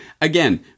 again